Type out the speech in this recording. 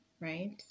right